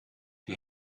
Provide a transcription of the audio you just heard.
die